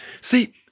See